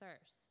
thirst